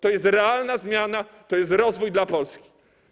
To jest realna zmiana, to jest rozwój dla Polski.